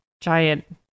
giant